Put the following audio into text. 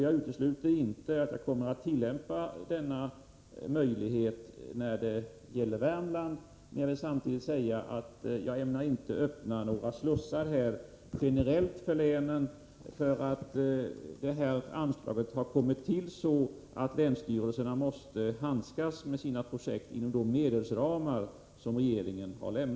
Jag utesluter inte att vi kommer att begagna denna möjlighet när det gäller Värmland, men jag vill samtidigt säga att jag inte ämnar öppna några slussar generellt för länen, för anslaget har kommit till under förutsättningen att länsstyrelserna handskas med sina projekt inom de medelsramar som regeringen har lämnat.